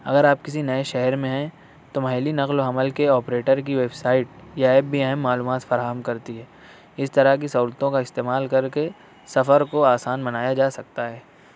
اگر آپ کسی نئے شہر میں ہیں تو وہاں ہیلی نقل و حمل کے آپریٹر کی ویبسائٹ یا ایپ بھی اہم معلومات فراہم کرتی ہے اس طرح کی سہولتوں کا استعمال کر کے سفر کو آسان بنایا جا سکتا ہے